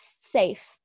safe